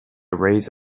raise